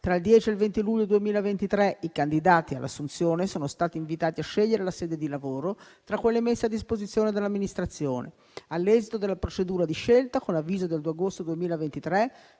Tra il 10 e il 20 luglio 2023 i candidati all'assunzione sono stati invitati a scegliere la sede di lavoro tra quelle messe a disposizione dall'amministrazione. All'esito della procedura di scelta, con avviso del 2 agosto 2023,